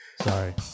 Sorry